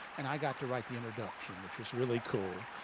and i got to write the introduction, which was really cool.